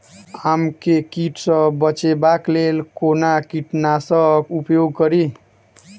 आम केँ कीट सऽ बचेबाक लेल कोना कीट नाशक उपयोग करि?